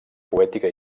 poètica